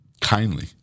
Kindly